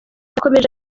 yakomeje